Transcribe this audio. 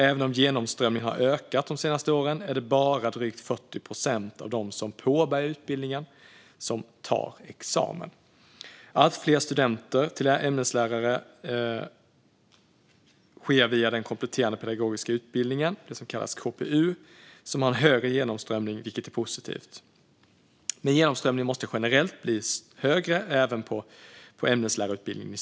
Även om genomströmningen har ökat de senaste åren är det bara drygt 40 procent av dem som påbörjar utbildningen som tar examen. Allt fler studerar till ämneslärare via den kompletterande pedagogiska utbildningen, KPU, som har en högre genomströmning. Det är positivt, men genomströmningen måste bli högre även på ämneslärarutbildningen.